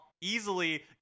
easily